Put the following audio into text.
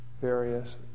Various